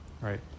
right